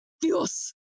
Dios